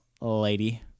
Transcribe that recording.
lady